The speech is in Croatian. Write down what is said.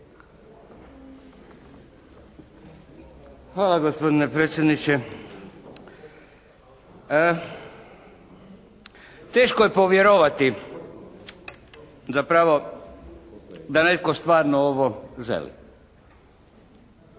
Hvala gospodine predsjedniče. Teško je povjerovati, zapravo da netko stvarno ovo želi.